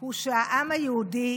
הוא שהעם היהודי